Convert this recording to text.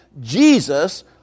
Jesus